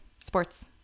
Sports